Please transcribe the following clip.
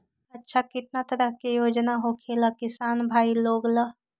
अच्छा कितना तरह के योजना होखेला किसान भाई लोग ला?